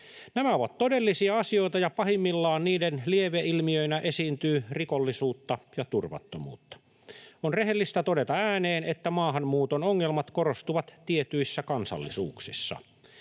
Nämä ovat todellisia asioita, ja pahimmillaan niiden lieveilmiöinä esiintyy rikollisuutta ja turvattomuutta. On rehellistä todeta ääneen, että maahanmuuton ongelmat korostuvat tietyissä kansallisuuksissa.